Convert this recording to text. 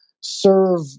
serve